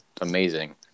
amazing